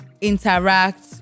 interact